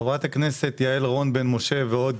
חברת הכנסת יעל רון בן משה ועוד